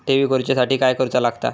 ठेवी करूच्या साठी काय करूचा लागता?